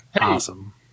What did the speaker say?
awesome